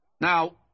Now